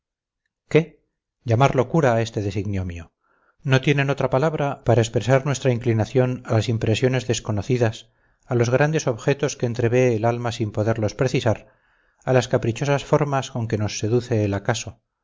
qué llamar locura a este designio mío no tienen otra palabra para expresar nuestra inclinación a las impresiones desconocidas a los grandes objetos que entrevé el alma sin poderlos precisar a las caprichosas formas con que nos seduce el acaso